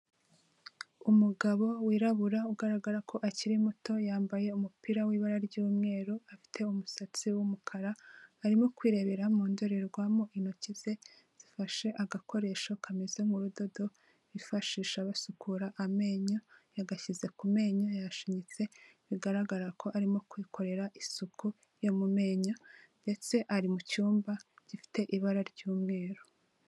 Umugabo wirabura ugaragara ko akiri muto, yambaye umupira w'ibara ry'umweru, afite umusatsi w'umukara, arimo kwirebera mu ndorerwamo, intoki ze zifashe agakoresho kameze nk'urudodo bifashisha basukura amenyo, yagashyize ku menyo, yashinyitse, bigaragara ko arimo kwikorera isuku yo mu menyo, ndetse ari mu cyumba gifite ibara ry'umweru.